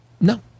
no